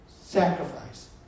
sacrifice